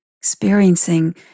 experiencing